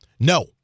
No